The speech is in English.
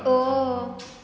oh